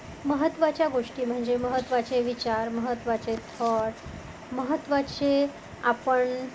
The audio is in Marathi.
महत्त्वाच्या गोष्टी म्हणजे महत्त्वाचे विचार महत्त्वाचे थॉट महत्त्वाचे आपण